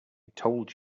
told